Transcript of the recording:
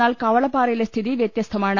എന്നാൽ കവളപ്പാറയിലെ സ്ഥിതി വൃത്യസ്ഥമാണ്